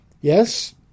Yes